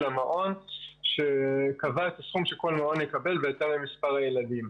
המעון שקבע את הסכום שכל מוסד יקבל בהתאם למספר הילדים.